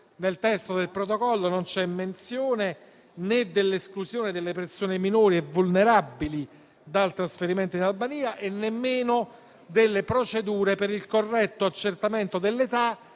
Nel testo del Protocollo non c'è menzione né dell'esclusione delle persone minori e vulnerabili dal trasferimento in Albania e nemmeno delle procedure per il corretto accertamento dell'età